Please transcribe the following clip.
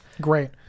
Great